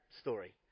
story